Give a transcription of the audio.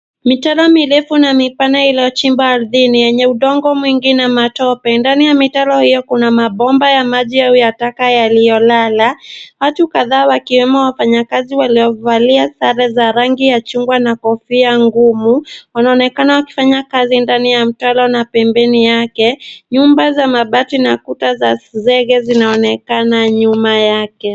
Mitaro mirefu na mipana iliyochimbwa ardhini yenye udongo mwingi na matope. Ndani ya mitaro hio kuna mabomba ya maji au ya taka yaliyolala. Watu kadhaa wakiwemo wafanyakazi waliovalia sare za rangi ya chungwa na kofia ngumu wanaonekana wakifanya kazi ndani ya mtaro na pembeni yake. Nyumba za mbati na kuta za zege zinaonekana nyuma yake.